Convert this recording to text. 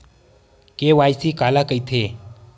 KYC काला कइथे?